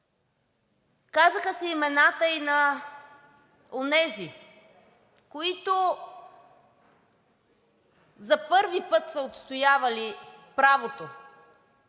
казаха се имената и на онези, които за първи път са отстоявали правото